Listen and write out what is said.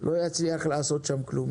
לא יצליח לעשות שם כלום.